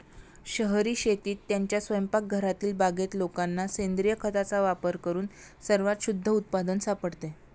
शहरी शेतीत, त्यांच्या स्वयंपाकघरातील बागेत लोकांना सेंद्रिय खताचा वापर करून सर्वात शुद्ध उत्पादन सापडते